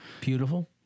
Beautiful